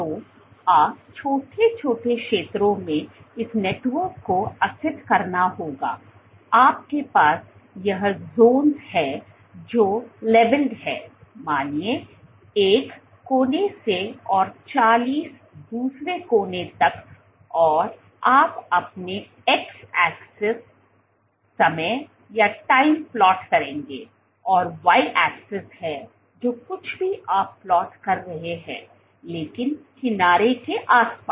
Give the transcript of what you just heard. तो आप छोटे छोटे क्षेत्रों में इस नेटवर्क को असित करना होगा आपके पास यह जॉनस है जो लेवल्ड है मानिए 1 एक कोने से और 40 दूसरे कोने तक और आप अपने एक्स धुरी समय प्लॉट करेंगे और y धुरी है जो कुछ भी आप प्लॉट कर रहे हैं लेकिन किनारे के आस पास